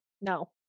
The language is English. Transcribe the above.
no